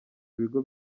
ibigo